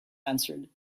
answered